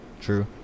True